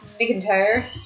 McIntyre